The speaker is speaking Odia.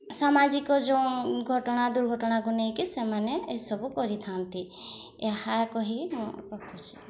ସାମାଜିକ ଯେଉଁ ଘଟଣା ଦୁର୍ଘଟଣାକୁ ନେଇକି ସେମାନେ ଏସବୁ କରିଥାନ୍ତି ଏହା କହି ମୋ ରଖୁଛି